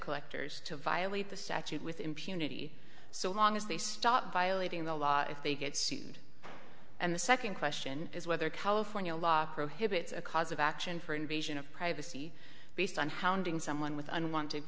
collectors to violate the statute with impunity so long as they stop violating the law if they get sued and the second question is whether california law prohibits a cause of action for invasion of privacy based on hounding someone with unwanted